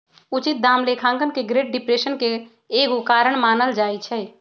उचित दाम लेखांकन के ग्रेट डिप्रेशन के एगो कारण मानल जाइ छइ